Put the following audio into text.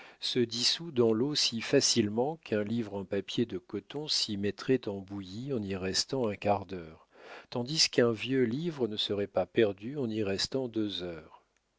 se dissout dans l'eau si facilement qu'un livre en papier de coton s'y mettrait en bouillie en y restant un quart d'heure tandis qu'un vieux livre ne serait pas perdu en y restant deux heures